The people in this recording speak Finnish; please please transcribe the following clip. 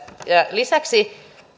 lisäksi